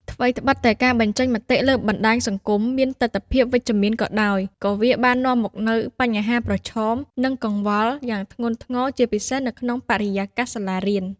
ថ្វីត្បិតតែការបញ្ចេញមតិលើបណ្ដាញសង្គមមានទិដ្ឋភាពវិជ្ជមានក៏ដោយ ក៏វាបាននាំមកនូវ បញ្ហាប្រឈម និងកង្វល់ យ៉ាងធ្ងន់ធ្ងរ ជាពិសេសនៅក្នុងបរិយាកាសសាលារៀន។